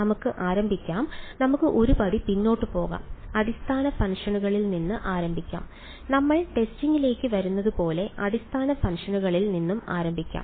നമുക്ക് ആരംഭിക്കാം നമുക്ക് ഒരു പടി പിന്നോട്ട് പോകാം അടിസ്ഥാന ഫംഗ്ഷനുകളിൽ നിന്ന് ആരംഭിക്കാം നമ്മൾ ടെസ്റ്റിംഗിലേക്ക് വരുന്നതുപോലെ അടിസ്ഥാന ഫംഗ്ഷനുകളിൽ നിന്ന് ആരംഭിക്കാം